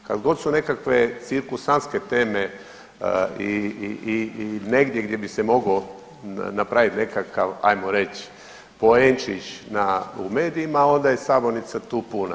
Kad god su nekakve cirkusantske teme i negdje gdje bi se moglo napraviti nekakav, ajmo reći poenčić na, u medijima, onda je sabornica tu puna.